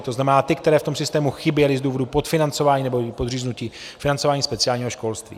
To znamená ty, které v tom systému chyběly z důvodu podfinancování nebo podříznutí financování speciálního školství.